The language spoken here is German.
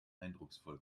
eindrucksvoll